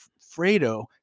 Fredo